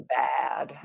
bad